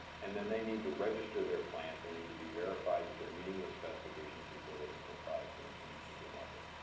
and then they need to register their plant, they need to be verified that they're meeting those specifications before they can put product and and into the market.